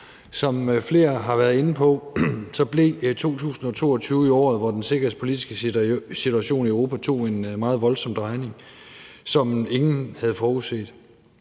Som flere har været inde på, blev 2022 jo året, hvor den sikkerhedspolitiske situation i Europa tog en meget voldsom drejning, som ingen havde forudset.